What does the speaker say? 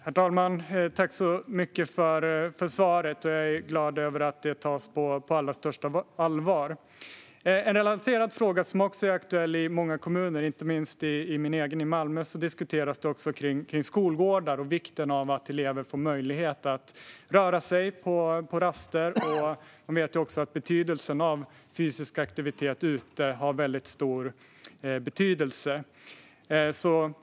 Herr talman! Jag tackar så mycket för svaret. Jag är glad över att detta tas på allra största allvar. Jag vill ta upp en relaterad fråga som också är aktuell i många kommuner. Inte minst i min egen kommun Malmö diskuteras skolgårdar och vikten av att elever får möjlighet att röra sig på raster. Vi vet ju också att betydelsen av fysisk aktivitet utomhus är väldigt stor.